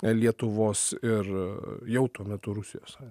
lietuvos ir jau tuo metu rusijos